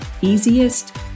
easiest